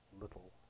little